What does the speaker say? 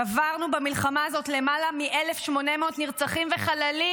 קברנו במלחמה הזאת למעלה מ-1,800 נרצחים וחללים.